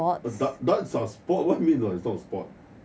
darts are sports what do you mean by its not sports